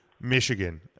Michigan